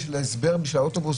בשביל האוטובוס?